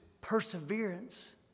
perseverance